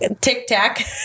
tic-tac